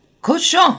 cochon